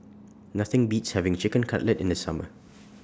Nothing Beats having Chicken Cutlet in The Summer